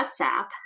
WhatsApp